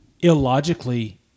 illogically